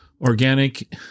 organic